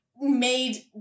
made